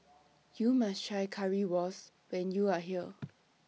YOU must Try Currywurst when YOU Are here